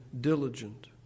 diligent